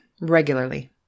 regularly